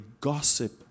gossip